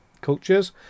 cultures